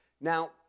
Now